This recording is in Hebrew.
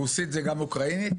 רוסית זה גם אוקראינית?